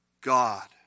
God